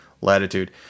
latitude